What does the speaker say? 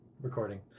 Recording